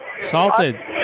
Salted